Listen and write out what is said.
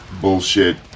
bullshit